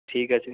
ঠিক আছে